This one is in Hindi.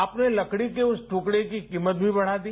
आपने लकड़ी के उस दुकड़े की कीमत भी बड़ा दी